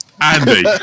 Andy